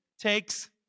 takes